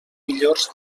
millors